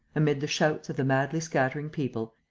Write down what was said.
amid the shouts of the madly scattering people,